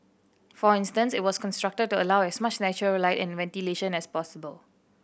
for instance it was constructed allow as much natural light and ventilation as possible